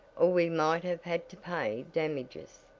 or we might have had to pay damages.